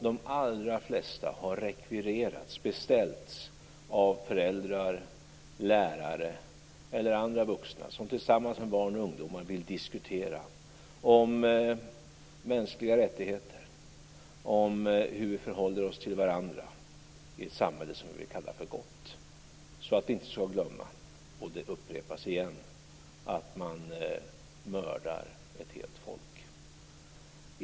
De allra flesta har rekvirerats och beställts av föräldrar, lärare och andra vuxna, som tillsammans med barn och ungdomar vill diskutera mänskliga rättigheter och hur vi förhåller oss till varandra i ett samhälle som vi kallar för gott, så att vi inte skall glömma och så att det inte upprepas igen att man mördar ett helt folk.